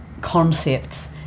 concepts